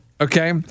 Okay